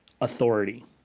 authority